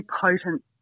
potent